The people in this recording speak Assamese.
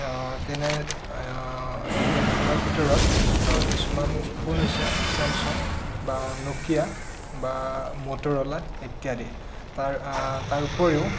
তেনে এনড্ৰইড ফোনৰ ভিতৰত কিছুমান ফোন হৈছে চেমচাং বা নকিয়া বা মটৰলা ইত্যাদি তাৰ তাৰ উপৰিও